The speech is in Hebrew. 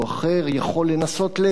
יכול לנסות לתאם,